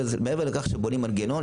מעבר לכך שבונים מנגנון,